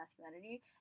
masculinity